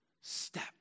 step